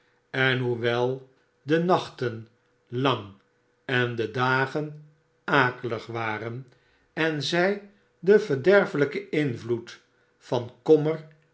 en hoewel de nachten lang en de dagen akelig waren en zij den verderfelijken invloed van kommer